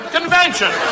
convention